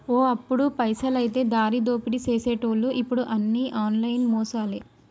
ఓ అప్పుడు పైసలైతే దారిదోపిడీ సేసెటోళ్లు ఇప్పుడు అన్ని ఆన్లైన్ మోసాలే